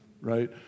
right